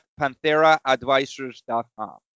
pantheraadvisors.com